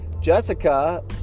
Jessica